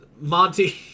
Monty